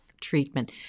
treatment